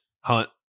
Hunt